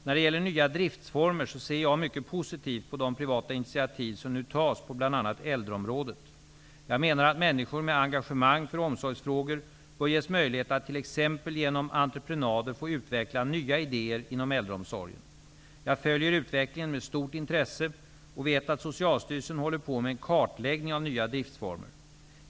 När det gäller nya driftsformer ser jag mycket positivt på de privata initiativ som nu tas på bl.a. äldreområdet. Jag menar att människor med engagemang för omsorgsfrågor bör ges möjlighet att t.ex. genom entreprenader få utveckla nya idéer inom äldreomsorgen. Jag följer utvecklingen med stort intresse och vet att Socialstyrelsen håller på med en kartläggning av nya driftsformer.